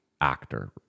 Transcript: actor